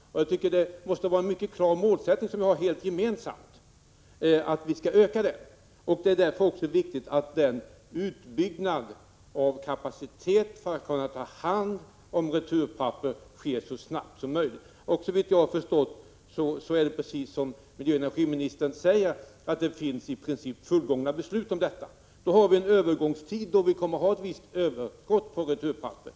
Jag tycker att vi måste ha samma mål när det gäller att öka denna — Prot. 1986/87:119 återvinning. Det är därför viktigt att utöka kapaciteten för att man skall 8 maj 1987 kunna ta hand om returpapperet så snabbt som möjligt. Såvitt jag förstår har det, precis som miljöoch energiministern säger, i princip redan fattats beslut om detta. Under en övergångstid kommer vi att ha ett visst överskott av returpapper.